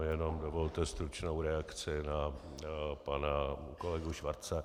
Jenom dovolte stručnou reakci na pana kolegu Schwarze.